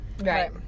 right